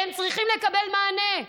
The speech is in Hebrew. והם צריכים לקבל מענה.